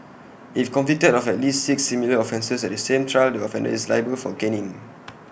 if convicted of at least six similar offences at the same trial the offender is liable for caning